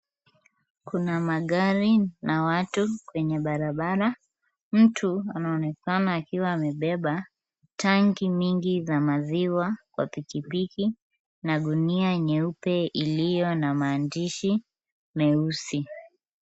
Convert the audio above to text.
Kuna magari na watu kwenye barabara. Mtu anaonekana akiwa amebeba tank mingi za maziwa kwa piki piki, na gunia nyeupe iliyo na maandishi meusi.